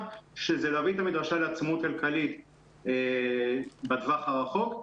שזה להביא את המדרשה לעצמאות כלכלית בטווח הרחוק.